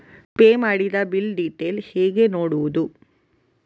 Pay ಮಾಡಿದ bill detail ಹೇಗೆ ನೋಡುವುದು?